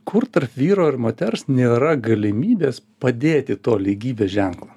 kur tarp vyro ir moters nėra galimybės padėti to lygybės ženklo